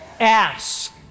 ask